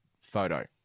photo